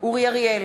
אורי אריאל,